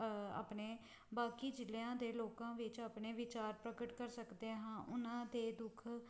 ਆਪਣੇ ਬਾਕੀ ਜ਼ਿਲ੍ਹਿਆਂ ਦੇ ਲੋਕਾਂ ਵਿੱਚ ਆਪਣੇ ਵਿਚਾਰ ਪ੍ਰਗਟ ਕਰ ਸਕਦੇ ਹਾਂ ਉਹਨਾਂ ਦੇ ਦੁੱਖ